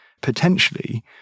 potentially